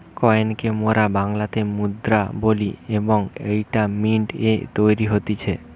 coin কে মোরা বাংলাতে মুদ্রা বলি এবং এইটা মিন্ট এ তৈরী হতিছে